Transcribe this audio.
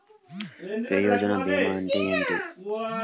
ప్రయోజన భీమా అంటే ఏమిటి?